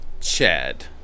Chad